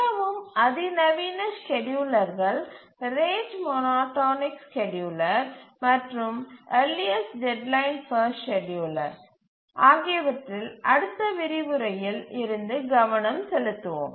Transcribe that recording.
மிகவும் அதிநவீன ஸ்கேட்யூலர்கள் ரேட் மோனோடோனிக் ஸ்கேட்யூலர் மற்றும் யர்லியஸ்டு டெட்லைன் பஸ்ட் ஸ்கேட்யூலர் ஆகியவற்றில் அடுத்த விரிவுரையில் இருந்து கவனம் செலுத்துவோம்